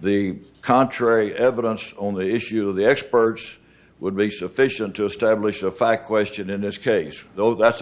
the contrary evidence only issue of the experts would be sufficient to establish a fact question in this case though that's